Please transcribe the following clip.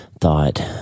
thought